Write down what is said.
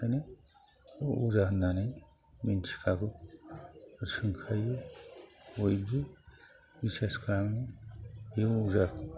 ओंखायनो अजा होननानै मिथिखागौ सोंखायो बयबो बिसास खालामो बे अजा